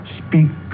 speak